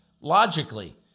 Logically